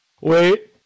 Wait